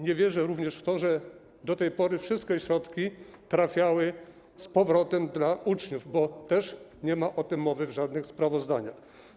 Nie wierzę również w to, że do tej pory wszystkie środki trafiały z powrotem do uczniów, bo też nie ma o tym mowy w żadnych sprawozdaniach.